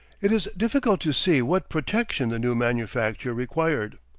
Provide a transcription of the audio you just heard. it is difficult to see what protection the new manufacture required.